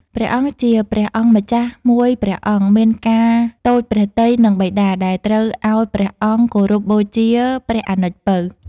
ព្រះអង្គ ជាព្រះអង្គម្ចាស់មួយព្រះអង្គ មានការតូចព្រះទ័យនឹងបិតា ដែលត្រូវឲ្យព្រះអង្គគោរពបូជាព្រះអនុជពៅ។